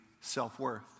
self-worth